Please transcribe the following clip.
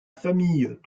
famille